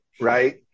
right